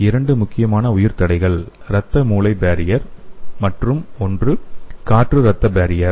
இரண்டு முக்கியமான உயிர் தடைகள் இரத்த மூளை பேரியர் மற்றும் மற்றொன்று காற்று இரத்த பேரியர்